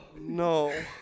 No